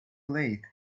lathe